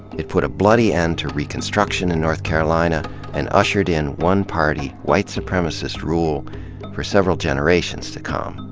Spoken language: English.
it put a bloody end to reconstruction in north carolina and ushered in one-party, white supremacist rule for several generations to come.